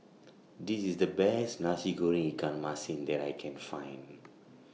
This IS The Best Nasi Goreng Ikan Masin that I Can Find